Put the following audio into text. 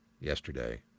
yesterday